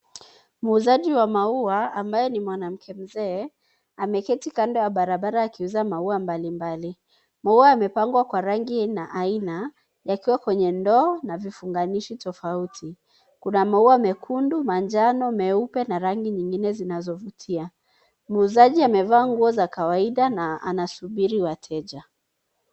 Muuzaji wa maua ambaye ni mwanamke mzee ameketi kando ya barabara akiuza maua mbalimbali. Maua yamepangwa kwa rangi na aina yakiwa kwenye ndoo na vifunganishi tofauti. Kuna maua mekundu, manjano, meupe na rangi zingine zinazovutia. Muuzaji amevaa nguo za kawaida na anasubiri wateja.